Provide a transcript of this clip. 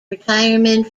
retirement